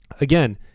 again